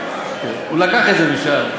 הוא לקח את זה משם.